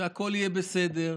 שהכול יהיה בסדר,